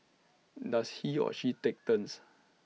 does he or she take turns